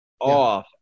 off